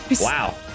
wow